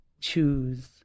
choose